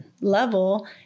level